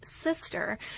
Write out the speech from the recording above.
sister